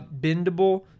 bendable